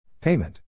Payment